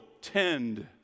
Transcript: tend